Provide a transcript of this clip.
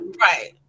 Right